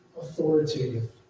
authoritative